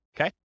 okay